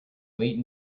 late